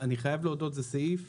אני חייב להודות שזה סעיף